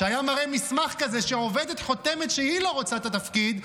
שהיה מראה מסמך כזה שעובדת חותמת שהיא לא רוצה את התפקיד,